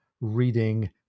reading